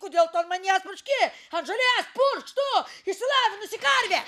kodėl tu manęs purški ant žolės puršk tu išsilavinusi karvė